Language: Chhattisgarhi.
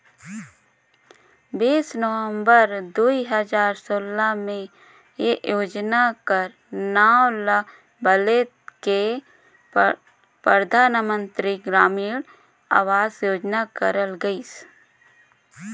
बीस नवंबर दुई हजार सोला में ए योजना कर नांव ल बलेद के परधानमंतरी ग्रामीण अवास योजना करल गइस